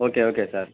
okay okay sir